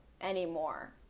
anymore